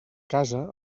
casa